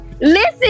Listen